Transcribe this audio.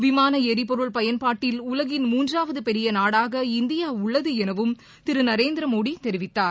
விமானஎரிபொருள் பயன்பாட்டில் உலகின் மூன்றாவதுபெரியநாடாக இந்தியாஉள்ளதுஎனவும் திருநரேந்திரமோடிதெரிவித்தார்